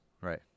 Right